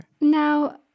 Now